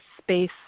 space